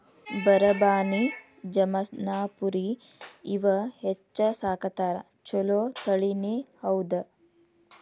ಬರಬಾನಿ, ಜಮನಾಪುರಿ ಇವ ಹೆಚ್ಚ ಸಾಕತಾರ ಚುಲೊ ತಳಿನಿ ಹೌದ